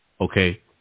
Okay